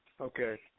Okay